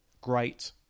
great